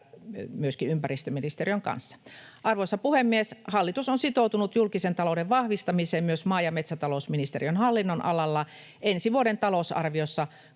yhteistä ympäristöministeriön kanssa. Arvoisa puhemies! Hallitus on sitoutunut julkisen talouden vahvistamiseen myös maa- ja metsätalousministeriön hallinnonalalla. Ensi vuoden talousarviossa